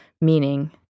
meaning